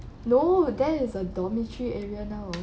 no there is a dormitory area now